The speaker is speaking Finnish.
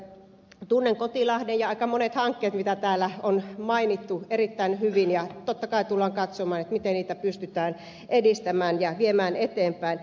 tunnen kotolahden ja aika monet hankkeet mitä täällä on mainittu erittäin hyvin ja totta kai tullaan katsomaan miten niitä pystytään edistämään ja viemään eteenpäin